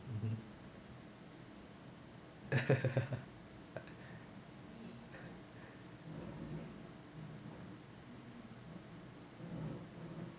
mmhmm